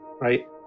right